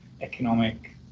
economic